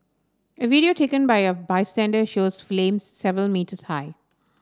a video taken by a bystander shows flames several metres high